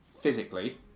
physically